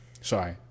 Sorry